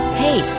hey